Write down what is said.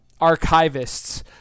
archivists